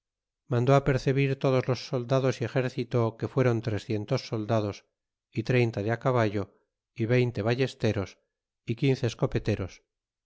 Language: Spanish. mandó apercebir todos los soldados y ex ercito que fueron tre cien tos soldados y treinta de á caballo y veinte ballesteros y quince escopeteros